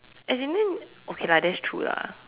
as in then okay lah that's true lah